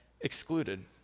excluded